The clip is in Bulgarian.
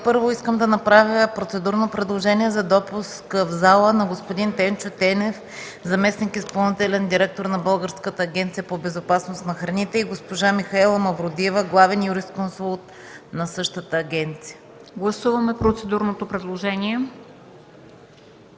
първо, искам да направя процедурно предложение за допуск в залата на господин Тенчо Тенев – заместник-изпълнителен директор на Българската агенция по безопасност на храните, и госпожа Михаела Мавродиева – главен юрисконсулт на същата агенция. ПРЕДСЕДАТЕЛ МЕНДА СТОЯНОВА: Гласуваме процедурното предложение.